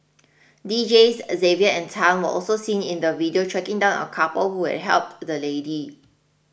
Deejays Xavier and Tan were also seen in the video tracking down a couple who had helped the lady